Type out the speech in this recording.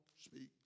speak